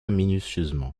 minutieusement